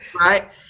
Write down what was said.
Right